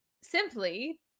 simply